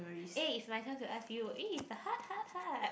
eh it's my turn to ask you eh it's the heart heart heart